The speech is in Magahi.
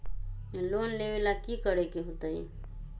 लोन लेवेला की करेके होतई?